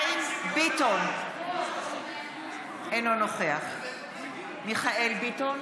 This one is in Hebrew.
ביטון, אינו נוכח מיכאל מרדכי ביטון,